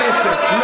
בכנסת.